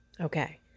Okay